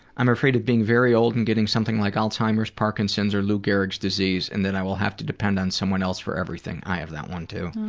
i'm afraid of being very old and getting something like alzheimer's, parkinson's or lou gerhig's disease and that i will have to depend on someone else for everything i have that one too.